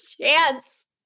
chance